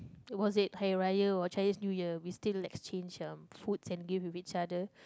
was it Hari-Raya or Chinese New Year we still exchange ah foods and gift with each other